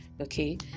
okay